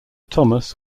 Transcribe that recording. thomas